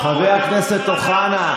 חבר הכנסת אוחנה,